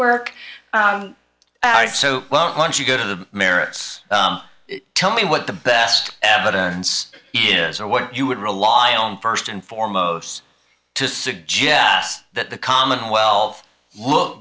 work so well once you go to the merits tell me what the best evidence is or what you would rely on first and foremost to suggest that the commonwealth look